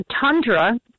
Tundra